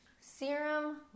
Serum